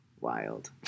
Wild